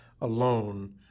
alone